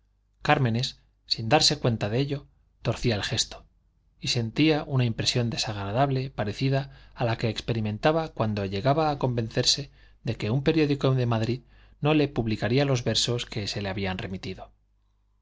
noche cármenes sin darse cuenta de ello torcía el gesto y sentía una impresión desagradable parecida a la que experimentaba cuando llegaba a convencerse de que un periódico de madrid no le publicaría los versos que le había remitido